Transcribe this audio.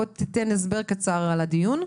בוא תיתן הסבר קצר על הדיון.